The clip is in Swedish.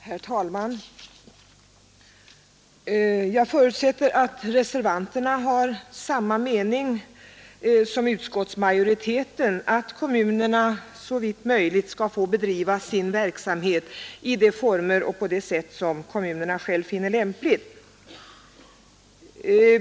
Herr talman! Jag förutsätter att reservanterna har samma mening som utskottsmajoriteten, att kommunerna såvitt möjligt skall få bedriva sin verksamhet i de former och på det sätt som kommunerna själva finner lämpligt.